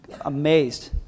amazed